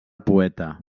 poeta